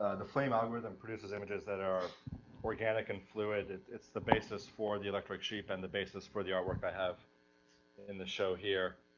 the flame algorithm produces images that are organic and fluid. it's the basis for the electric sheep and the basis for the artwork i have in the show here.